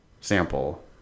sample